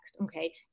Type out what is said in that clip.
Okay